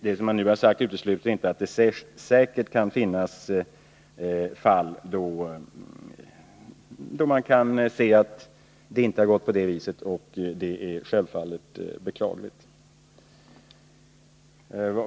Det som jag nu har sagt utesluter inte att det kan finnas fall där det inte har varit på det viset, och det är självfallet beklagligt.